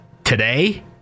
Today